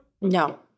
No